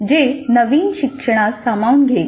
जे नवीन शिक्षणास सामावून घेईल